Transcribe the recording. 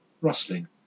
rustling